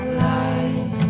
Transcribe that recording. light